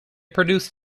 produced